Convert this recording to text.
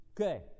Okay